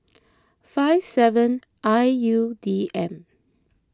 five seven I U D M